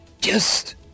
Just